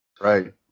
Right